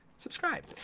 subscribe